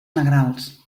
negrals